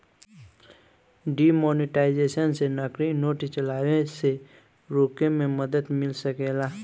demonetisation से नकली note चलाए से रोके में मदद मिल सकेला